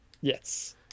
Yes